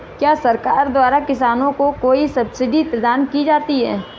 क्या सरकार द्वारा किसानों को कोई सब्सिडी प्रदान की जाती है?